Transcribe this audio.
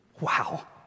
Wow